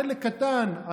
חלק קטן,